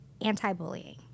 anti-bullying